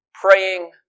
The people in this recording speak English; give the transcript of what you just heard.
praying